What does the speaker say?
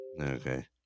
okay